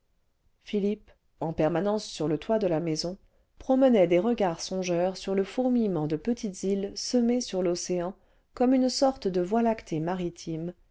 philippe en permanence sur le toit de la maison promenait des regards songeurs'sur le fourmillement de petites îles semées sur l'océan comme une sorte de voie lactée maritime